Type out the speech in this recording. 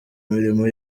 imirimo